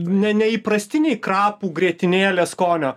neįprastiniai krapų grietinėlės skonio